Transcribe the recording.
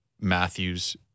Matthews